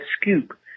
scoop